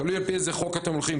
תלוי על פי איזה חוק אתם הולכים,